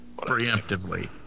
Preemptively